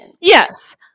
Yes